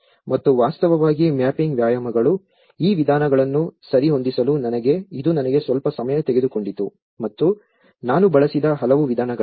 ಮತ್ತು ವಾಸ್ತವವಾಗಿ ಮ್ಯಾಪಿಂಗ್ ವ್ಯಾಯಾಮಗಳು ಈ ವಿಧಾನಗಳನ್ನು ಸರಿಹೊಂದಿಸಲು ಇದು ನನಗೆ ಸ್ವಲ್ಪ ಸಮಯ ತೆಗೆದುಕೊಂಡಿತು ಮತ್ತು ನಾನು ಬಳಸಿದ ಹಲವು ವಿಧಾನಗಳಿವೆ